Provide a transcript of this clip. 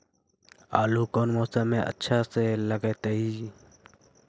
आलू कौन मौसम में अच्छा से लगतैई?